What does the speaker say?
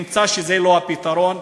נמצא שזה לא הפתרון,